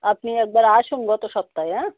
আপনি একবার আসুন গত সপ্তাহে হ্যাঁ